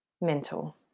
mental